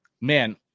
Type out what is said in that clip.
man